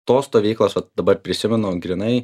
tos stovyklos vat dabar prisimenu grynai